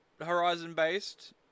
Horizon-based